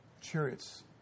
Chariots